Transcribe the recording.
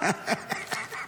לא.